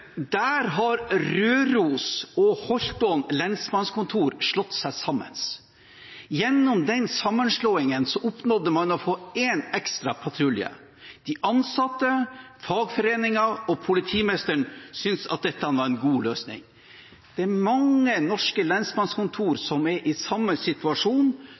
Der har Røros og Holtålen lensmannskontor slått seg sammen. Gjennom den sammenslåingen oppnådde man å få en ekstra patrulje. De ansatte, fagforeningen og politimesteren synes dette var en god løsning. Det er mange norske lensmannskontor som er i samme situasjon,